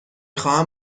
خواهم